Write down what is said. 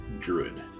druid